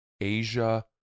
Asia